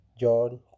John